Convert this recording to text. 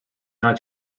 not